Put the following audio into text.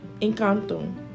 Encanto